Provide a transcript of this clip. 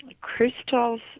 Crystals